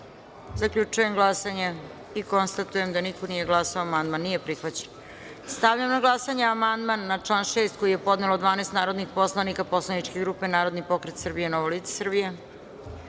izjasnite. Zaključujem glasanje i konstatujem da niko nije glasao. Amandman nije prihvaćen. Stavljam na glasanje amandman na član 5. koji je podnelo 12 narodnih poslanika poslaničke grupe Narodni pokret Srbije – Novo lice